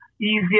easier